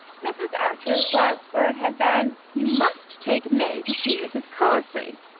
mrs. archer's last word had been you must take may to see mrs. carfry.